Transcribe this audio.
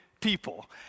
people